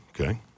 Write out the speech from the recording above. okay